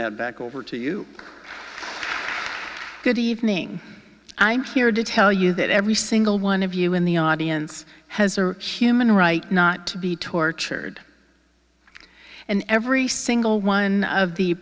that back over to you good evening i'm here to tell you that every single one of you in the audience has a human right not to be tortured and every single one of the